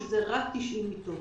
שזה רק 90 מיטות.